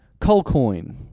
Colcoin